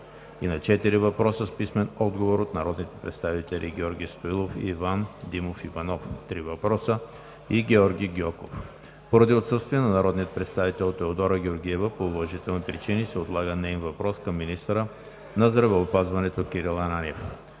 четири въпроса с писмен отговор от народните представители Георги Стоилов и Иван Димов Иванов – три въпроса; и Георги Гьоков. Поради отсъствие на народния представител Теодора Георгиева по уважителни причини се отлага неин въпрос към министъра на здравеопазването Кирил Ананиев.